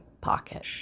pocket